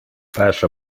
перша